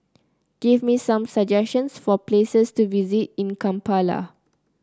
give me some suggestions for places to visit in Kampala